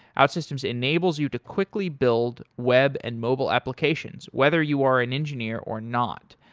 outsystems enables you to quickly build web and mobile applications whether you are an engineer or not.